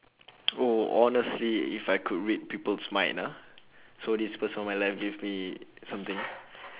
oh honestly if I could read people's mind ah so this person on my left gave me something